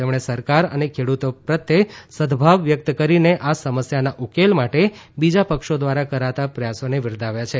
તેમણે સરકાર અને ખેડુતો પ્રત્યે સદભાવ વ્યકત કરીને આ સમસ્યાના ઉકેલ માટે બીજા પક્ષો ધ્વારા કરાતા પ્રયાસોને બીરદાવ્યા છે